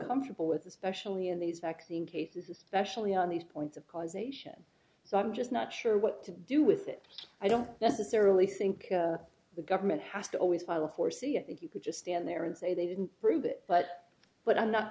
uncomfortable with especially in these vaccine cases especially on these points of causation so i'm just not sure what to do with it i don't necessarily think the government has to always follow horsy i think you could just stand there and say they didn't prove it but but i'm not